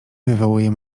wywołuje